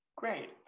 Great